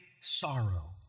sorrow